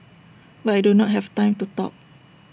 but I do not have time to talk